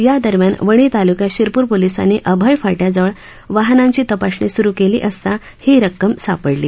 यादरम्यान वणी तालुक्यात शिरपूर पोलिसांनी अभय फा ्विजवळ वाहनांची तपासणी सुरू केली असता ही रक्कम सापडला